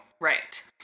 Right